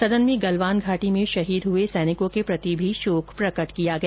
सदन में गलवान घाटी में शहीद हुए सैनिकों के प्रति भी शोक प्रकट किया गया